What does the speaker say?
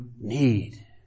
need